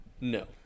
No